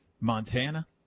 Montana